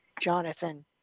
Jonathan